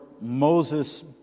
Moses